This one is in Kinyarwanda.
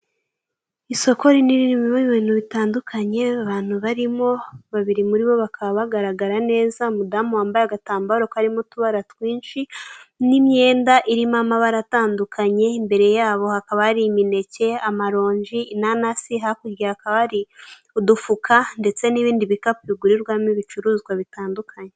Isoko rinini ririmo ibintu bitandukanye, abantu barimo babiri muri bo bakaba bagaragara neza, umudamu wambaye agatambaro karimo utubara twinshi, n'imyenda irimo amabara atandukanye, imbere yabo hakaba hari imineke, amaronji, inanasi, hakurya hakaba hari udufuka ndetse n'ibindi bikapu bigururwamo ibicuruzwa bitandukanye.